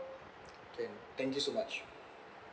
can thank you so much